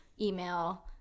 email